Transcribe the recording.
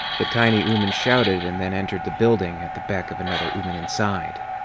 the tiny ooman shouted and then entered the building at the beck of another ooman inside.